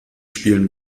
spielen